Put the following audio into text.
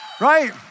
Right